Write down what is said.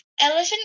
Elephant